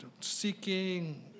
seeking